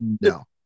No